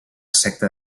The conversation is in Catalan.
secta